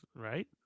right